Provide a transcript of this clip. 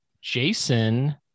Jason